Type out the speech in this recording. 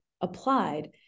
applied